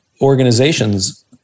organizations